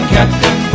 Captain